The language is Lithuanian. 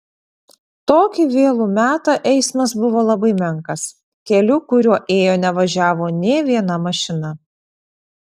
tokį vėlų metą eismas buvo labai menkas keliu kuriuo ėjo nevažiavo nė viena mašina